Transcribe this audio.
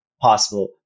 possible